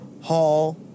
hall